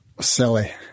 silly